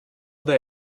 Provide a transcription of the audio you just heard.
they